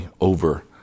over